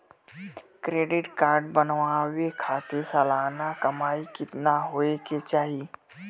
Credit card बनवावे खातिर सालाना कमाई कितना होए के चाही?